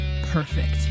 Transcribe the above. perfect